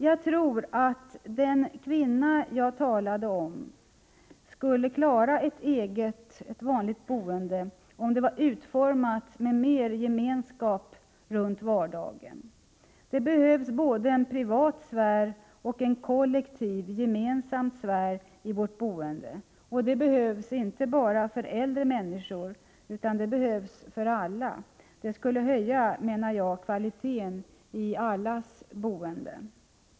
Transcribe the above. Jag tror att den kvinna jag talade om skulle klara ett vanligt boende om det var utformat med mer gemenskap runt vardagen. Det behövs både en privat sfär och en kollektiv gemensam sfär i vårt boende. Det behövs inte bara för äldre människor, utan det behövs för alla. Det menar jag skulle höja kvaliteten i allas boende.